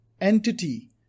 entity